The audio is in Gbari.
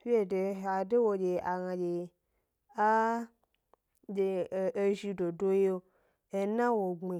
Fede ha de wo dye a gna dye a de e ezhi dodo yio ena wo gbmi,